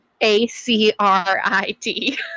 a-c-r-i-d